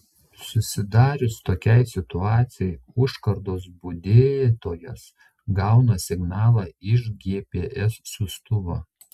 susidarius tokiai situacijai užkardos budėtojas gauna signalą iš gps siųstuvo